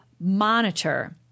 monitor